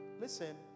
Listen